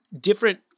different